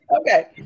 Okay